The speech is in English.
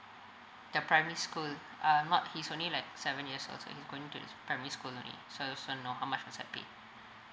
the primary school uh not he's only like seven years old so he's going to primary school only so so I want to know how much must I pay